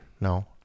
No